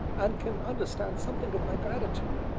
and can understand something of my gratitude,